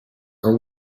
are